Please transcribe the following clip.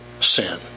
sin